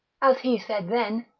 as he said then,